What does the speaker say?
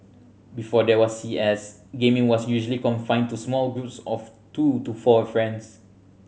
before there was C S gaming was usually confined to small groups of two to four friends